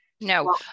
no